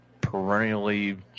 perennially